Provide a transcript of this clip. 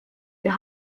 wir